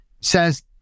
says